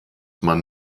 man